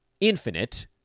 infinite